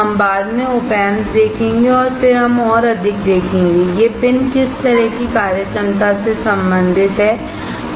हम बाद में Op Amps देखेंगे और फिर हम और अधिक देखेंगे ये पिन किस तरह की कार्यक्षमता से संबंधित हैं